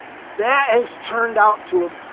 that has turned out to a